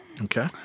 Okay